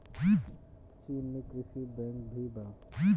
चीन में कृषि बैंक भी बा